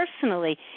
personally